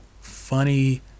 funny